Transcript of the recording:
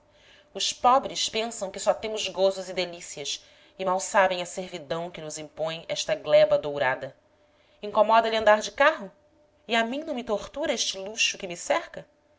os pobres pensam que só temos gozos e delícias e mal sabem a servidão que nos impõe esta gleba dourada incomoda lhe andar de carro e a mim não me tortura este luxo que me cerca